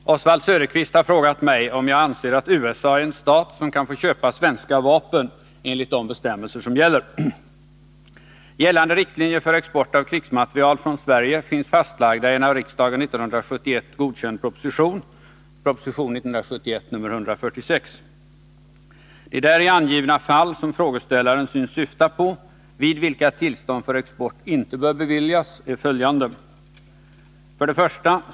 Herr talman! Oswald Söderqvist har frågat mig om jag anser att USA är en stat som kan få köpa svenska vapen enligt de bestämmelser som gäller. Gällande riktlinjer för export av krigsmateriel från Sverige finns fastlagda i en av riksdagen 1971 godkänd proposition . De däri angivna fall, som frågeställaren synes syfta på, vid vilka tillstånd för export inte bör beviljas är följande; 1.